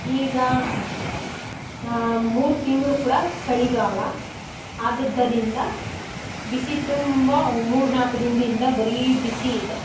ಈಗ ಮೂರು ತಿಂಗಳು ಕೂಡ ಚಳಿಗಾಲ ಆದುದರಿಂದ ಬಿಸಿ ತುಂಬ ಮೂರ್ನಾಲ್ಕು ದಿನದಿಂದ ಬರೀ ಬಿಸಿ ಇದೆ